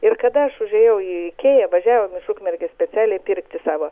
ir kada aš užėjau į ikėją važiavom iš ukmergės specialiai pirkti savo